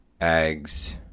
eggs